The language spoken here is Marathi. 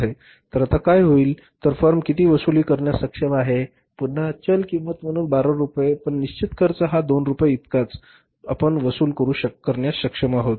तर आता काय होईलतर फर्म किती वसुली करण्यास सक्षम आहे पुन्हा चल किंमत म्हणून १२ रुपये पण निश्चित खर्च हा २ रुपये इतकाच आपण वसूल करू शकण्यास सक्षम आहोत